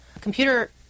computer